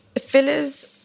fillers